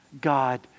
God